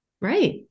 Right